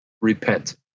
repent